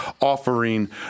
offering